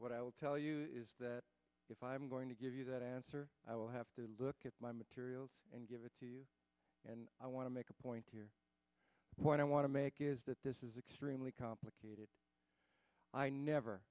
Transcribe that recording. what i will tell you is that if i'm going to give you that answer i will have to look at my materials and give it to you and i want to make a point here what i want to make is that this is extremely complicated i never